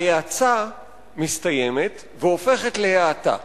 ההאצה מסתיימת והופכת להאטה,